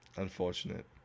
Unfortunate